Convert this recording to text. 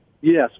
Yes